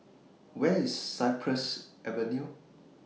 Where IS Cypress Avenue